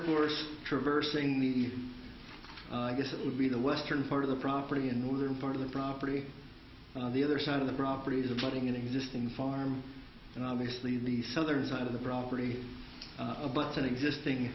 the i guess it would be the western part of the property in northern part of the property on the other side of the properties of putting an existing farm and obviously in the southern side of the property about an existing